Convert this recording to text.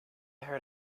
heard